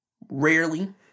rarely